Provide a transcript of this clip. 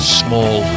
small